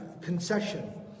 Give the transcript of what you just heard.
concession